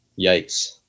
Yikes